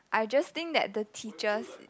I just think that the teachers